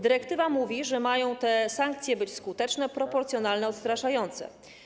Dyrektywa mówi, że te sankcje mają być skuteczne, proporcjonalne, odstraszające.